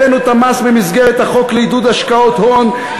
העלינו את המס במסגרת החוק לעידוד השקעות הון,